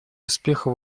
успеху